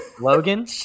Logan